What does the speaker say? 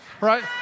right